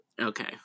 Okay